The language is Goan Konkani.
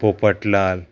पोपटलाल